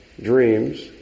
dreams